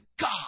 God